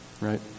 right